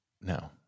No